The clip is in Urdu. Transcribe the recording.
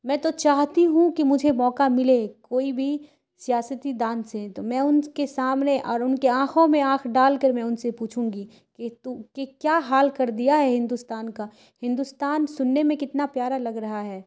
میں تو چاہتی ہوں کہ مجھے موقع ملے کوئی بھی سیاستدان سے تو میں ان کے سامنے اور ان کے آنکھوں میں آنکھ ڈال کر میں ان سے پوچھوں گی کہ تو کہ کیا حال کر دیا ہے ہندوستان کا ہندوستان سننے میں کتنا پیارا لگ رہا ہے